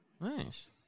Nice